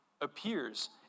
appears